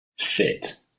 Fit